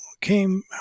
came